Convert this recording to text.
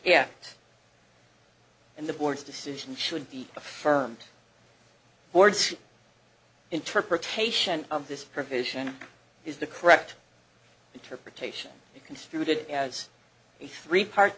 yeah and the board's decision should be affirmed board's interpretation of this provision is the correct interpretation be construed as a three part